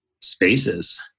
spaces